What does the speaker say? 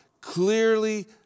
clearly